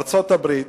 ארצות-הברית,